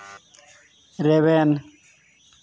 ᱨᱮᱵᱮᱱ